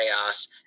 chaos